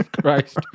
Christ